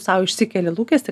sau išsikeli lūkestį